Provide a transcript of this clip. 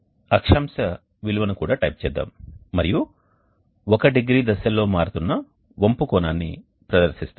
అక్షాంశ విలువను కూడా టైప్ చేద్దాం మరియు ఒక డిగ్రీ దశల్లో మారుతున్న వంపు కోణాన్ని ప్రదర్శిస్తాము